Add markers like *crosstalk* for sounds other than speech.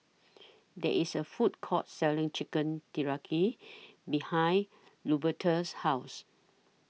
There IS A Food Court Selling Chicken *unintelligible* behind Luberta's House